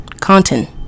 Content